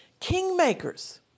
kingmakers